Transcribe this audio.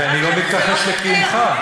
ואני לא מתכחש לקיומך.